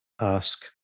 ask